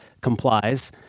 complies